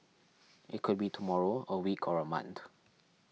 it could be tomorrow a week or a month